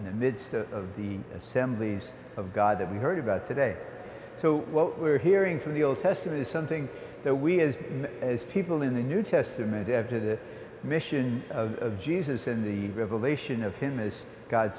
the midst of the assemblies of god that we heard about today so what we're hearing from the old testament is something that we as people in the new testament to the mission of jesus and the revelation of him as god